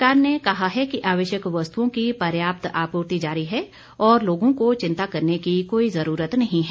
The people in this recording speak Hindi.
सरकार ने कहा है कि आवश्यक वस्तुओं की पर्याप्त आपूर्ति जारी है और लोगों को चिंता करने की कोई जरूरत नहीं है